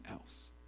else